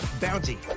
bounty